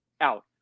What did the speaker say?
out